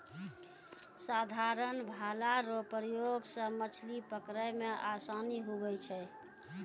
साधारण भाला रो प्रयोग से मछली पकड़ै मे आसानी हुवै छै